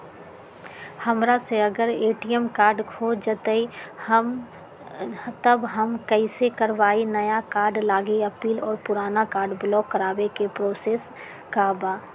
हमरा से अगर ए.टी.एम कार्ड खो जतई तब हम कईसे करवाई नया कार्ड लागी अपील और पुराना कार्ड ब्लॉक करावे के प्रोसेस का बा?